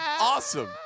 Awesome